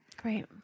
Great